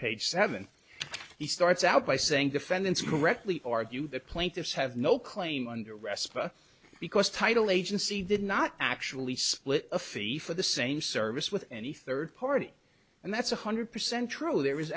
page seven he starts out by saying defendants correctly argue the plaintiffs have no claim under respa because title agency did not actually split a fee for the same service with any third party and that's one hundred percent true there is